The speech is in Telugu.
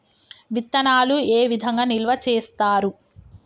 విత్తనాలు ఏ విధంగా నిల్వ చేస్తారు?